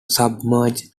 submerged